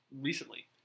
recently